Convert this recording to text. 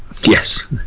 Yes